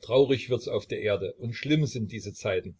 traurig wird's auf der erde und schlimm sind diese zeiten